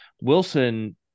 Wilson